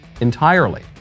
entirely